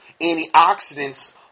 Antioxidants